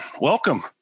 welcome